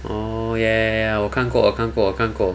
oh ya ya ya 我看过我看过我看过